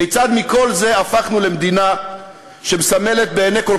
כיצד מכל זה הפכנו למדינה שמסמלת בעיני כל